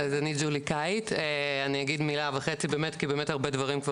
אז אני ג'ולי קייט, אני אגיד מילה וחצי באמת, כי